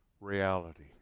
reality